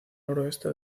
noroeste